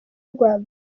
rwagati